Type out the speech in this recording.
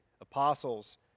apostles